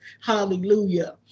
hallelujah